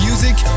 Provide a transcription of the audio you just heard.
Music